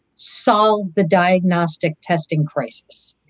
solve the diagnostic testing crisis.